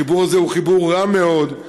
החיבור הזה הוא חיבור רע מאוד,